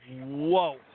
whoa